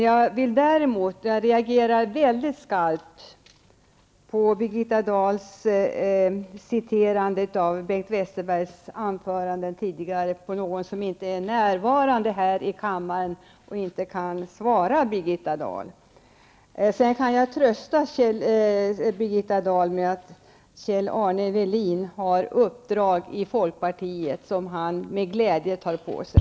Jag reagerar emellertid väldigt skarpt mot Birgitta Dahls angrepp på Bengt Westerberg, när han inte är närvarande i kammaren och inte kan svara. Sedan kan jag trösta Birgitta Dahl med att Kjell Arne Welin har uppdrag i folkpartiet som han med glädje tar på sig.